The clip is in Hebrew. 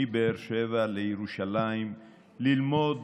מבאר שבע לירושלים ללמוד